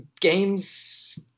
games